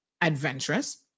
adventurous